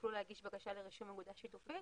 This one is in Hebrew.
שיוכלו להגיש בקשה לרישום אגודה שיתופית